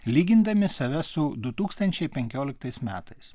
lygindami save su du tūkstančiai penkioliktais metais